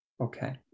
Okay